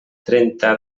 trenta